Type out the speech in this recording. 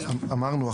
אמרנו,